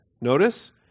Notice